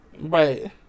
Right